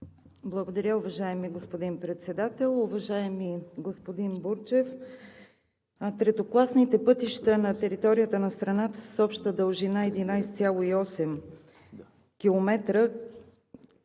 Благодаря, уважаеми господин Председател. Уважаеми господин Бурджев, третокласните пътища на територията на страната са с обща дължина 11